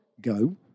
go